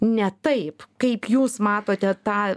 ne taip kaip jūs matote tą